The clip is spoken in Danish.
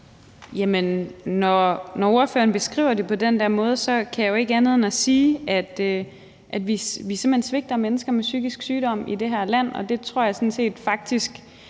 når ordføreren beskriver det på den der måde, kan jeg jo ikke andet end at sige, at vi simpelt hen svigter mennesker med psykisk sygdom i det her land. Og det tror jeg sådan